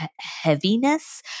heaviness